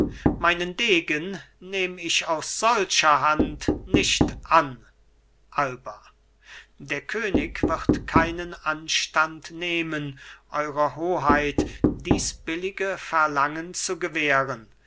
meinen degen nehm ich aus solcher hand nicht an alba der könig wird keinen anstand nehmen eurer hoheit dies billige verlangen zu gewähren